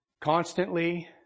Constantly